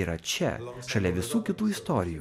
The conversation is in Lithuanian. yra čia šalia visų kitų istorijų